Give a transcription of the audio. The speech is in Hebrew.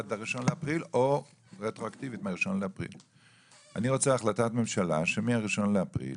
עד ה-1.4.2023 או רטרואקטיבית מה- 1.4.2023. אני רוצה החלטת ממשלה שהחל ב-1.4.2023,